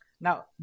Now